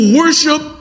worship